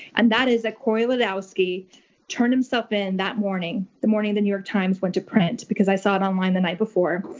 and that is that corey lewandowski turned himself in that morning, the morning the new york times went to print, because i saw it online the night before,